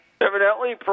Evidently